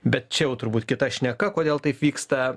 bet čia jau turbūt kita šneka kodėl taip vyksta